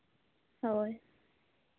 ᱦᱳᱭ